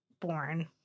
born